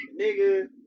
nigga